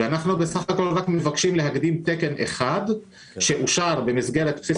ואנחנו רק מבקשים להקדים תקן אחד שאושר במסגרת בסיס